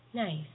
nice